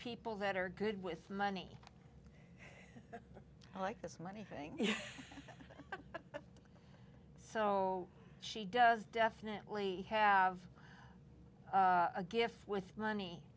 people that are good with money like this money thing so she does definitely have a gift with money